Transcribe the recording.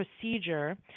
procedure